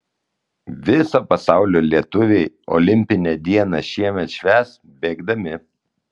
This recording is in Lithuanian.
viso pasaulio lietuviai olimpinę dieną šiemet švęs bėgdami